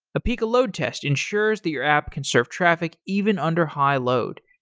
apica load test ensures that your app can serve traffic even under high load.